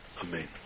Amen